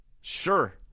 Sure